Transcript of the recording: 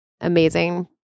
amazing